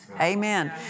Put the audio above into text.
Amen